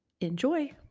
Enjoy